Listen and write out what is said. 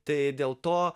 tai dėl to